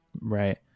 Right